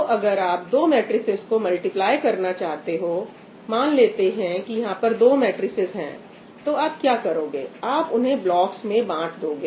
तो अगर आप दो मैट्रिसेज को मल्टीप्लाई करना चाहते हो मान लेते हैं कि यहां पर दो मैट्रिसेज हैं तो आप क्या करोगे आप उन्हें ब्लॉक्स में बांट दोगे